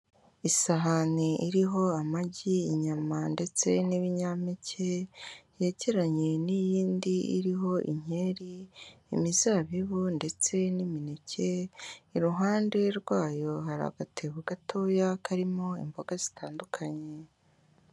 Isahani iriho amagi, inyama ndetse n'ibinyampeke, yegeranye n'iyindi iriho inkeri, imizabibu ndetse n'imineke, iruhande rwayo hari agatebo gatoya karimo imboga zitandukanye.